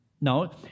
No